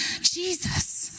Jesus